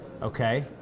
Okay